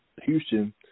Houston